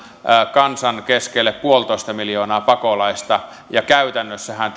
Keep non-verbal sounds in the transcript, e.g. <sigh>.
kansan keskelle yksi pilkku viisi miljoonaa pakolaista ja käytännössähän <unintelligible>